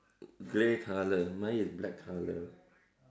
grey color mine is black color